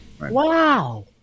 Wow